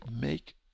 make